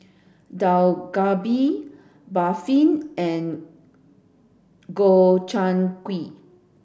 Dak Galbi Barfi and Gobchang Gui